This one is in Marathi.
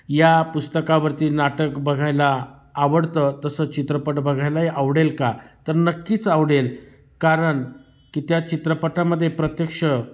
या पुस्तकावरती नाटक बघायला आवडतं तसं चित्रपट बघायलाही आवडेल का तर नक्कीच आवडेल कारण की त्या चित्रपटामध्ये प्रत्यक्ष